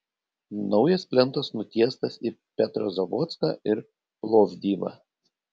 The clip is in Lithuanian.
naujas plentas nutiestas į petrozavodską ir plovdivą